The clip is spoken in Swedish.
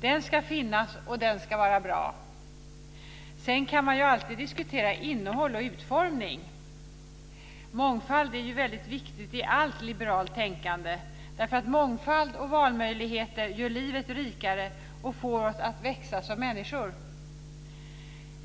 Den ska finnas, och den ska vara bra. Sedan kan man alltid diskutera innehåll och utformning. Mångfald är väldigt viktigt i allt liberalt tänkande. Mångfald och valmöjligheter gör livet rikare och får oss att växa som människor.